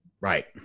Right